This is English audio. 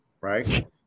right